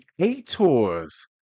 Creators